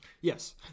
Yes